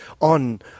on